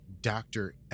Doctor